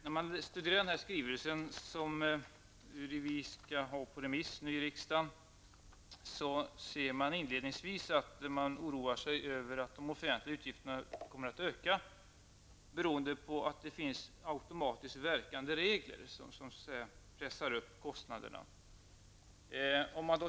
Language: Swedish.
När man studerar den skrivelse som vi har fått på remiss i riksdagen ser man inledningsvis att regeringen oroar sig över att de offentliga utgifterna kommer att öka, beroende på att det finns automatiskt verkande regler som pressar upp kostnaderna.